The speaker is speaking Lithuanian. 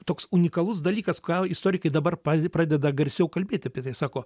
toks unikalus dalykas ką istorikai dabar pa pradeda garsiau kalbėt apie tai sako